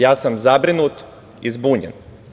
Ja sam zabrinut i zbunjen.